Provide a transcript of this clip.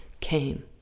came